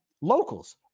Locals